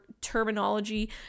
terminology